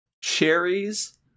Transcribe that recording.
cherries